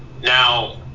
Now